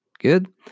Good